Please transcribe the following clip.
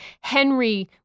Henry